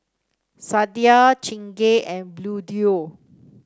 Sadia Chingay and Bluedio